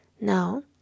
Now